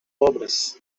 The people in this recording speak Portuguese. obras